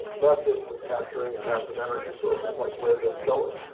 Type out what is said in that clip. not just with capturing passive energy sources like wind and solar.